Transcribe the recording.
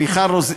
מיכל רוזין,